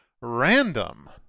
random